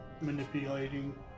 manipulating